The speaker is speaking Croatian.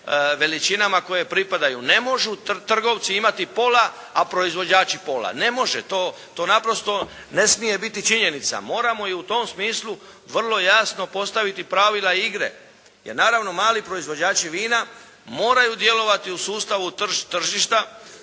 veličinama koje pripadaju. Ne mogu trgovci imati pola, a proizvođači pola. Ne može. To naprosto ne smije biti činjenica. Moramo i u tom smislu vrlo jasno postaviti pravila igre, jer naravno mali proizvođači vina moraju djelovati u sustavu tržišta,